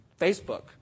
Facebook